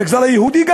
במגזר היהודי?